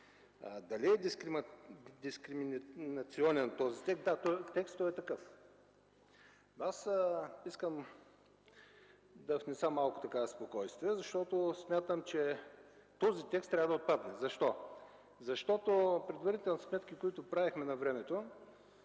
Дали е дискриминационен този текст? Да, този текст е такъв. Но аз искам да внеса малко спокойствие, защото смятам, че този текст трябва да отпадне. Защо? Защото предварителни сметки, които правихме на времето,